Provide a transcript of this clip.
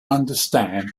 understand